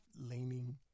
leaning